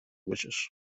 wishes